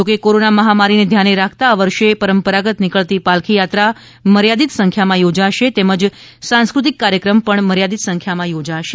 જોકે કોરોના મહામારીને ધ્યાને રાખતા આ વર્ષે પરંપરાગત નિકળતી પાલખી યાત્રા મર્યાદિત સંખ્યામાં યોજાશે તેમજ સાંસ્કૃતિક કાર્યક્રમ પણ મર્યાદિત સંખ્યામાં યોજાશે